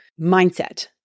mindset